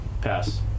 Pass